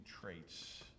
traits